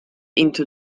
into